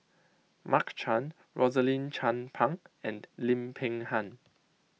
Mark Chan Rosaline Chan Pang and Lim Peng Han